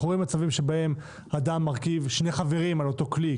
אנחנו רואים מצבים שבהם אדם מרכיב שני חברים על אותו כלי,